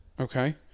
Okay